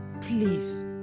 please